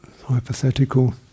hypothetical